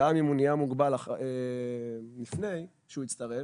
גם אם הוא נהיה מוגבל לפני שהוא הצטרף,